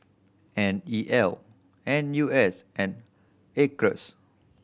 N E L N U S and Acres